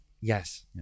yes